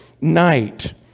night